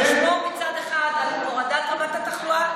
כדי לשמור מצד אחד על הורדת רמת התחלואה